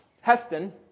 Heston